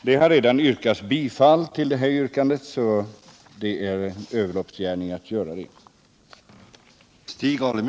Det har redan hemställts om bifall till yrkande 1 i motionen 878, så det vore en överloppsgärning att åter göra det.